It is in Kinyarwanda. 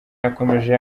yakomeje